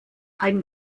ein